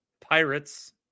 Pirates